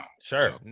Sure